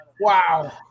Wow